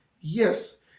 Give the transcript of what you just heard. Yes